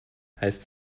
heißt